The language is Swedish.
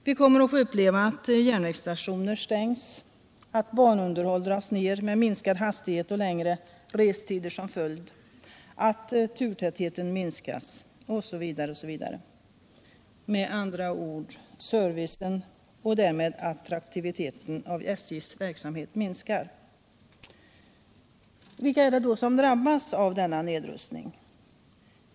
Vi kommer att få uppleva att järnvägsstationer stängs, att banunderhåll dras ner med minskad hastighet och längre restider som följd, att turtätheten minskas osv. Med andra ord: Servicen och därmed attraktiviteten hos SJ:s verksamhet minskar. Vilka är det då som drabbas av denna nedrustning?